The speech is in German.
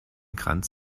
kranz